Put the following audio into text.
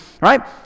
right